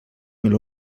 mil